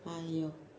!aiyo!